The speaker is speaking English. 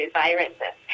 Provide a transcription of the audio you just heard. viruses